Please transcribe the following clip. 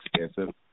expensive